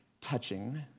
touching